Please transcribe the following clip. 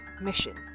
mission